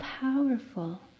powerful